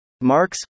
Marx